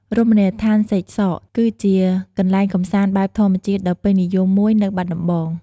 រមណីយដ្ឋានសេកសក គឺជាកន្លែងកម្សាន្តបែបធម្មជាតិដ៏ពេញនិយមមួយនៅបាត់ដំបង។